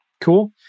Cool